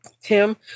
Tim